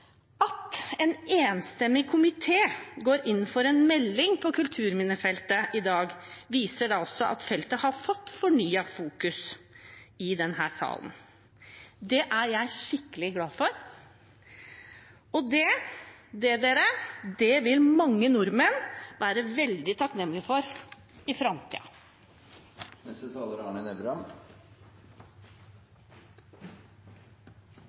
At en enstemmig komité går inn for en melding på kulturminnefeltet i dag, viser at feltet har fått fornyet oppmerksomhet i denne salen. Det er jeg skikkelig glad for, og det vil mange nordmenn være veldig takknemlig for i